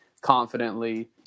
confidently